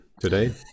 Today